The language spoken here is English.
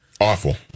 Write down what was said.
Awful